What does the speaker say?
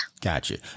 Gotcha